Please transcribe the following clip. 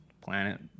Planet